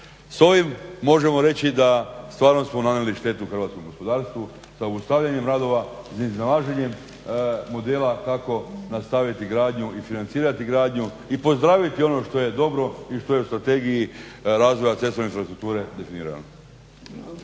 S ovim možemo reći da stvarno smo nanijeli štetu hrvatskom gospodarstvu sa obustavljanjem radova, nesnalaženjem modela kako nastaviti gradnju i financirati gradnju i pozdraviti ono što je dobro i što je u strategiji razvoja cestovne infrastrukture definirano.